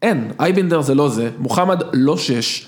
אין, אייבינדר זה לא זה, מוחמד לא שש.